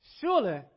surely